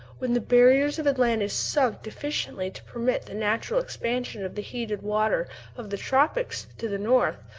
when the barriers of atlantis sunk sufficiently to permit the natural expansion of the heated water of the tropics to the north,